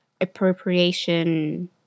appropriation